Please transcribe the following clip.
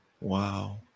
wow